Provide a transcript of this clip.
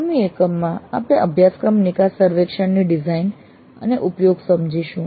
આગામી એકમમાં આપણે અભ્યાસક્રમ નિકાસ સર્વેક્ષણની ડિઝાઇન અને ઉપયોગ સમજીશું